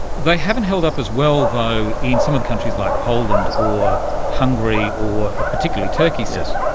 they haven't held up as well, though, in some of the countries like poland or hungary or particularly turkey, say.